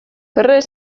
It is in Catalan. ferrer